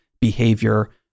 behavior